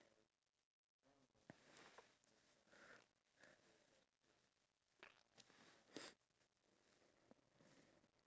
ya I feel like maybe like we can start anytime as long as when we are given a plate of food or just a snack